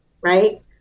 right